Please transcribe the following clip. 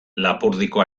lapurdiko